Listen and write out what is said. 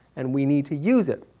and we need to use it.